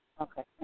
Okay